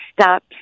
stop